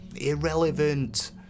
Irrelevant